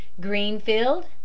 Greenfield